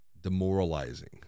demoralizing